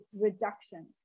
reduction